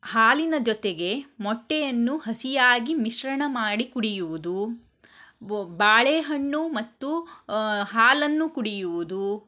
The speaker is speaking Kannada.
ಹಾಲಿನ ಜೊತೆಗೆ ಮೊಟ್ಟೆಯನ್ನು ಹಸಿಯಾಗಿ ಮಿಶ್ರಣ ಮಾಡಿ ಕುಡಿಯುವುದು ಬಾಳೆಹಣ್ಣು ಮತ್ತು ಹಾಲನ್ನು ಕುಡಿಯುವುದು